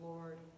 Lord